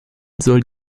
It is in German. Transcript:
soll